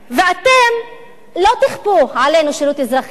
ואתם לא תכפו עלינו שירות אזרחי,